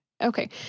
Okay